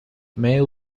maier